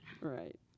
Right